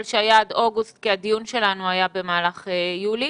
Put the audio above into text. שהיה עד אוגוסט כי הדיון שלנו היה במהלך יולי.